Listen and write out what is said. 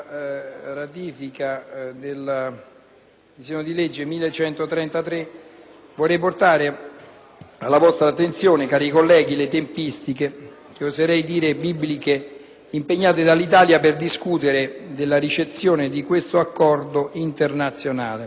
che oserei definire bibliche - impiegate dall'Italia per discutere della ricezione di questo Accordo internazionale. L'Accordo tra l'Unione europea e il Tagikistan venne infatti siglato addirittura nel 2004, dando inoltre luogo alla successiva riformulazione